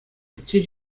пӗччен